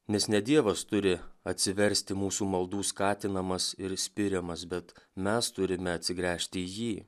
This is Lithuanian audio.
nes ne dievas turi atsiversti mūsų maldų skatinamas ir spiriamas bet mes turime atsigręžti į jį